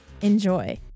Enjoy